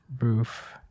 Roof